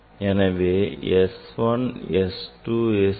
எனவே S 1 S 2 S 3 ஆகும்